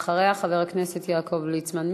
בבקשה, ואחריה, חבר הכנסת יעקב ליצמן.